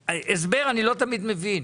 הסבר, אני לא תמיד מבין.